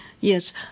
Yes